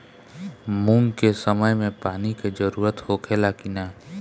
मूंग के समय मे पानी के जरूरत होखे ला कि ना?